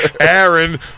Aaron